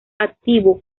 activo